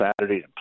Saturday